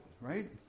right